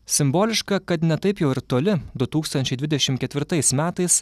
simboliška kad ne taip jau ir toli du tūkstančiai dvidešimt ketvirtais metais